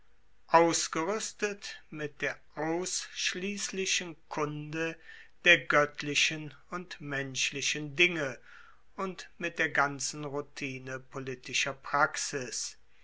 ausgeruestet mit der ausschliesslichen kunde der goettlichen und menschlichen dinge und mit der ganzen routine politischer praxis